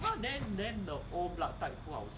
then then then the old blood type